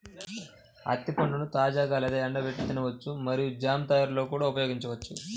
అత్తి పండ్లను తాజాగా లేదా ఎండబెట్టి తినవచ్చు మరియు జామ్ తయారీలో కూడా ఉపయోగించవచ్చు